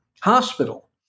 hospital